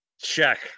Check